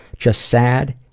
just sad,